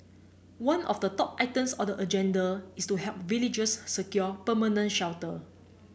one of the top items on the agenda is to help villagers secure permanent shelter